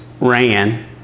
ran